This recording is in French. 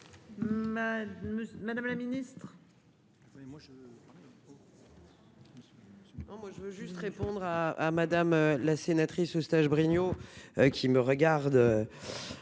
Madame la ministre.